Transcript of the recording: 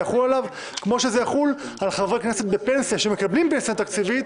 כמו שזה יחול על חברי כנסת בפנסיה שמקבלים פנסיה תקציבית,